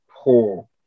poor